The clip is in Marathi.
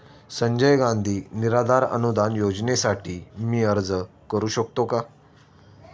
संजय गांधी निराधार अनुदान योजनेसाठी मी अर्ज करू शकतो का?